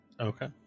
okay